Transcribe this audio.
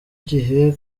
gihe